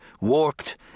warped